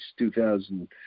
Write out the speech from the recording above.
2000